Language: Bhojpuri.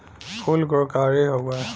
फूल गुणकारी हउवे